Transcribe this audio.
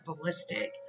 ballistic